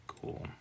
Cool